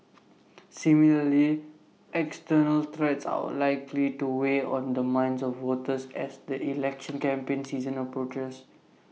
similarly external threats are all likely to weigh on the minds of voters as the election campaign season approaches